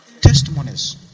testimonies